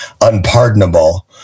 unpardonable